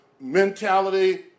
mentality